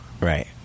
Right